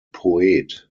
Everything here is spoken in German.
poet